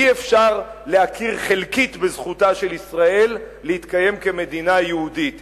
אי-אפשר להכיר חלקית בזכותה של ישראל להתקיים כמדינה יהודית.